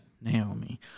Naomi